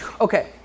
Okay